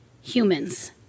humans